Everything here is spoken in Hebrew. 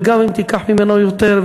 וגם אם תיקח ממנו יותר,